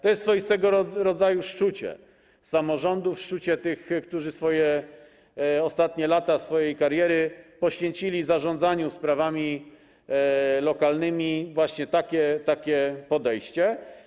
To jest swoistego rodzaju szczucie samorządów, szczucie tych, którzy ostatnie lata swojej kariery poświęcili na zarządzanie sprawami lokalnymi - właśnie takie podejście.